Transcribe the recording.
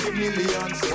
millions